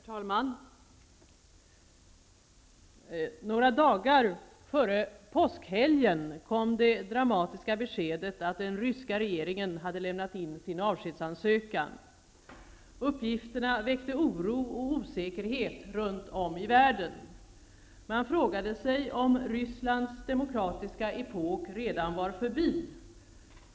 Herr talman! Några dagar före påskhelgen kom det dramatiska beskedet att den ryska regeringen lämnat in sin avskedsansökan. Uppgifterna väckte oro och osäkerhet runt om i världen. Man frågade sig om Rysslands demokratiska epok redan var förbi.